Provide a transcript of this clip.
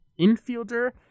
infielder